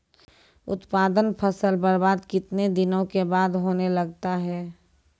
उत्पादन फसल बबार्द कितने दिनों के बाद होने लगता हैं?